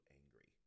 angry